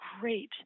great